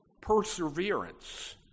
perseverance